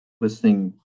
Listening